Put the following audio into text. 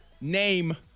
Name